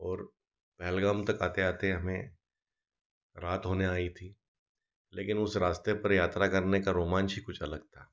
और पहलगाम तक आते आते हमें रात होने आई थी लेकिन उस रास्ते पर यात्रा करने का रोमान्च ही कुछ अलग था